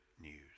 news